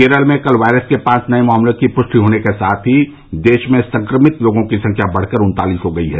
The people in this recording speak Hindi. केरल में कल वायरस के पांच नए मामलों की पुष्टि होने के साथ ही देश में संक्रमित लोगों की संख्या बढ़कर उन्तालीस हो गई है